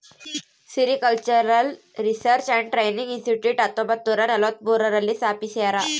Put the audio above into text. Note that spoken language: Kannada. sericultural research and training institute ಹತ್ತೊಂಬತ್ತುನೂರ ನಲವತ್ಮೂರು ರಲ್ಲಿ ಸ್ಥಾಪಿಸ್ಯಾರ